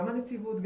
גם הנציבות,